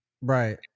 Right